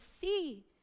see